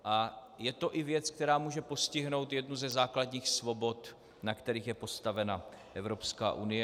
A je to i věc, která může postihnout jednu ze základních svobod, na kterých je postavena Evropská unie.